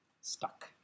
stuck